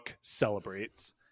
celebrates